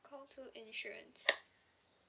call two insurance